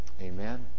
Amen